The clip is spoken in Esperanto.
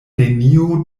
neniu